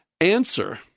answer